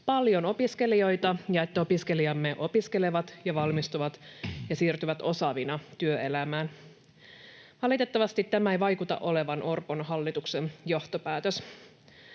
paljon opiskelijoita ja että opiskelijamme opiskelevat ja valmistuvat ja siirtyvät osaavina työelämään. Valitettavasti tämä ei vaikuta olevan Orpon hallituksen johtopäätös.